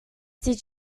did